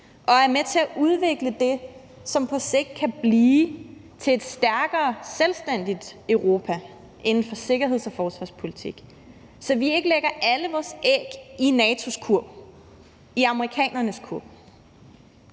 og er med til at udvikle det, som på sigt kan blive til et stærkere selvstændigt Europa inden for sikkerheds- og forsvarspolitik, så vi ikke lægger alle vores æg i NATO's kurv, i amerikanernes kurv.